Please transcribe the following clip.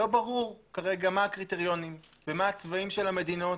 לא ברור כרגע מה הקריטריונים ומה הצבעים של המדינות,